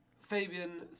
Fabian